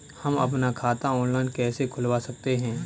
हम अपना खाता ऑनलाइन कैसे खुलवा सकते हैं?